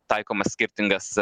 taikomas skirtingas